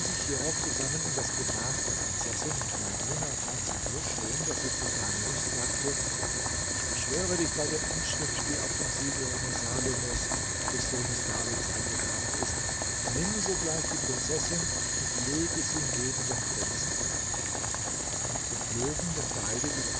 hierauf zusammen in das gemach der prinzessin und maimuna fand sie so schön daß sie zu dahnesch sagte ich beschwöre dich bei der inschrift die auf dem siegelringe salomos des sohnes davids eingegraben ist nimm sogleich die prinzessin und lege sie neben den prinzen sie flogen dann beide wieder